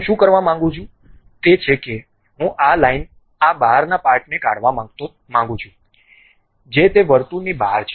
હું શું કરવા માંગુ છું તે છે કે હું આ રેખાના આ બહારના પાર્ટને કાઢવા માંગુ છું જે તે વર્તુળની બહાર છે